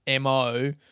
MO